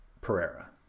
Pereira